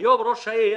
והיום ראש העיר